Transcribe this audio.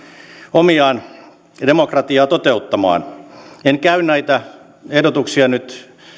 omiaan demokratiaa toteuttamaan en käy näitä ehdotuksia nyt